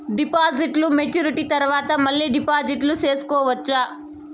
డిపాజిట్లు మెచ్యూరిటీ తర్వాత మళ్ళీ డిపాజిట్లు సేసుకోవచ్చా?